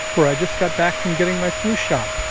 where i just got back from getting my flu shot.